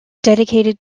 dedicated